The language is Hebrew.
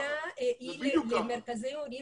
התקנה היא למרכזי הורים